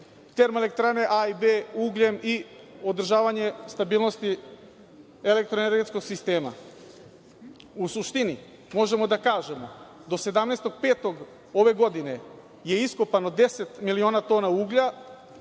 snabdevanje TE „A“ i „B“ ugljem i održavanje stabilnosti elektroenergetskog sistema.U suštini, možemo da kažemo, do 17. maja ove godine je iskopano 10 miliona tona uglja.